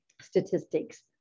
statistics